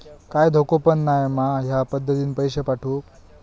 काय धोको पन नाय मा ह्या पद्धतीनं पैसे पाठउक?